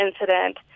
incident